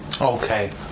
Okay